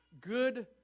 good